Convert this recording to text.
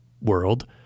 world